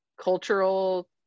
cultural